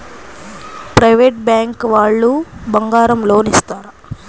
Private bank వాళ్ళు బంగారం loan ఇస్తారా?